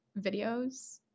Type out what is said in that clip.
videos